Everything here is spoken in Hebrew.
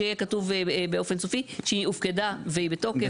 שיהיה כתוב באופן סופי שהיא הופקדה והיא בתוקף,